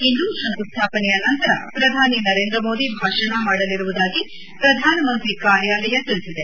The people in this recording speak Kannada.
ಇಂದು ಶಂಕುಸ್ತಾಪನೆಯ ನಂತರ ಪ್ರಧಾನಿ ನರೇಂದ್ರ ಮೋದಿ ಭಾಷಣ ಮಾಡಲಿರುವುದಾಗಿ ಪ್ರಧಾನಮಂತ್ರಿ ಕಾರ್ಯಾಲಯ ತಿಳಿಸಿದೆ